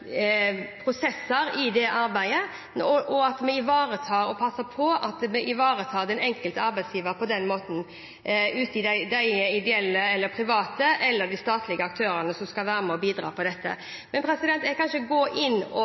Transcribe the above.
prosesser i dette arbeidet, og at vi passer på at vi ivaretar den enkelte arbeidsgiver på den måten ut fra de ideelle, private eller statlige aktører som skal være med og bidra når det gjelder dette. Jeg kan ikke gå inn